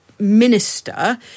minister